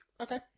Okay